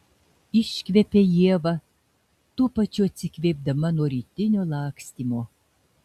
iškvepia ieva tuo pačiu atsikvėpdama nuo rytinio lakstymo